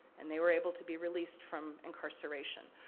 and they were able to be released from incarceration.